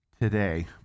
today